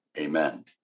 Amen